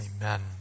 Amen